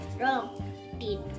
Wrong